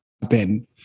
happen